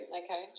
okay